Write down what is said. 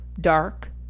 dark